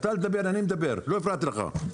אתה אל תדבר, אני מדבר, לא הפרעתי לך.